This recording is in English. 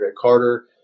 Carter